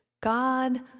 God